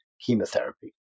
chemotherapy